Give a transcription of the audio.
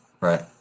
Right